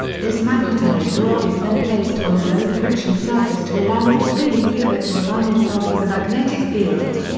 this magnetised rod is then placed on a low friction surface to allow it to freely pivot to align itself with the magnetic field.